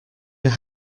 your